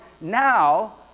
now